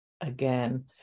Again